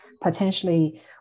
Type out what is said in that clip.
potentially